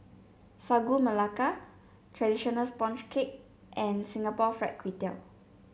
Sagu Melaka traditional sponge cake and Singapore Fried Kway Tiao